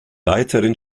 weiteren